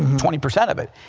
twenty percent of it.